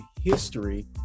history